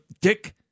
Dick